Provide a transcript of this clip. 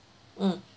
mm